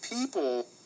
people